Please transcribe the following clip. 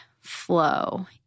flow